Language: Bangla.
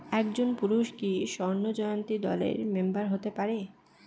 একজন পুরুষ কি স্বর্ণ জয়ন্তী দলের মেম্বার হতে পারে?